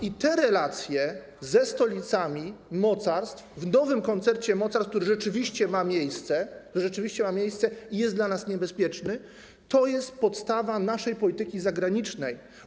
I te relacje ze stolicami mocarstw w nowym koncercie mocarstw, który rzeczywiście ma miejsce i który rzeczywiście jest dla nas niebezpieczny, to jest podstawa naszej polityki zagranicznej.